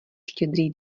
štědrý